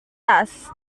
tas